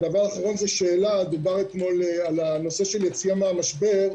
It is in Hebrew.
הדבר האחרון זו שאלה: דיברנו אתמול על הנושא של ירידה מהמשבר.